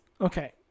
okay